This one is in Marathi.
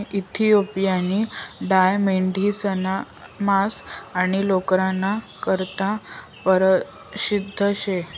इथिओपियानी डाय मेढिसना मांस आणि लोकरना करता परशिद्ध शे